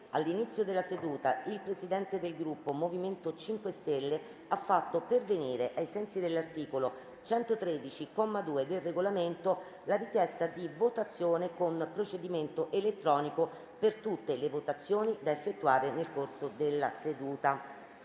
all'inizio della seduta il Presidente del Gruppo MoVimento 5 Stelle ha fatto pervenire, ai sensi dell'articolo 113, comma 2, del Regolamento, la richiesta di votazione con procedimento elettronico per tutte le votazioni da effettuare nel corso della seduta.